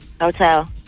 Hotel